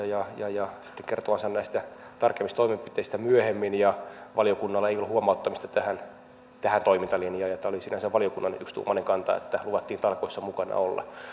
ja ja kertovansa näistä tarkemmista toimenpiteistä myöhemmin niin valiokunnalla ei ollut huomauttamista tähän tähän toimintalinjaan ja tämä oli sinänsä valiokunnan yksituumainen kanta että luvattiin talkoissa mukana olla